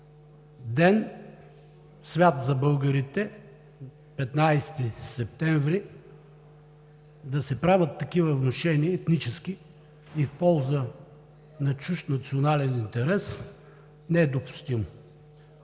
ден, свят за българите – 15 септември, да се правят такива етнически внушения и в полза на чужд национален интерес, не е допустимо!